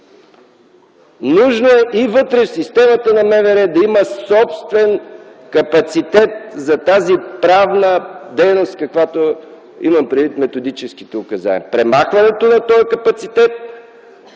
Нужно е и вътре в системата МВР да има собствен капацитет за тази правна дейност, имам предвид методическите указания. Премахването на този капацитет